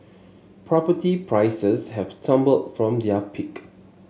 property prices have tumbled from their peak